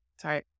Sorry